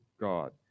God